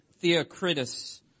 Theocritus